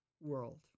world